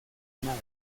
nada